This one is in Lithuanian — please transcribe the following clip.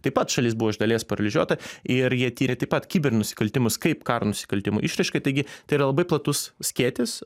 taip pat šalis buvo iš dalies paralyžiuota ir jie tyrė taip pat kibernusikaltimus kaip karo nusikaltimų išraišką taigi tai yra labai platus skėtis